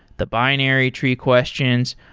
the binary tree questions,